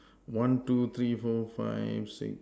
one two three four five six